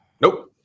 Nope